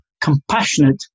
compassionate